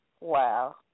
Wow